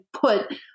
put